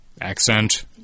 accent